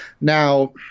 Now